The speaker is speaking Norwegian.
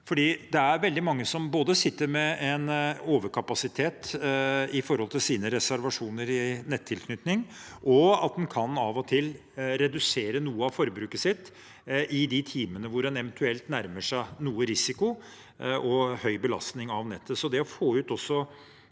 veldig mange som sitter med en overkapasitet i sine reservasjoner i nettilknytning, og en kan av og til redusere noe av forbruket sitt i de timene hvor en eventuelt nærmer seg noe risiko og høy belastning av nettet.